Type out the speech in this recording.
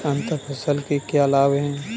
अंतर फसल के क्या लाभ हैं?